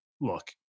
look